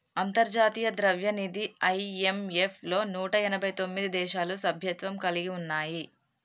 అంతర్జాతీయ ద్రవ్యనిధి ఐ.ఎం.ఎఫ్ లో నూట ఎనభై తొమ్మిది దేశాలు సభ్యత్వం కలిగి ఉన్నాయి